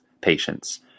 patients